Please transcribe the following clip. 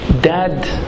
Dad